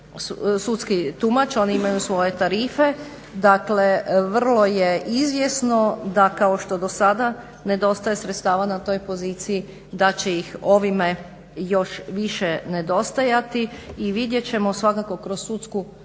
sudski tumač. Oni imaju svoje tarife, dakle vrlo je izvjesno da kao što do sada ne dostaje sredstava na toj poziciji da će ih ovime još više nedostajati i vidjet ćemo svakako kroz sudsku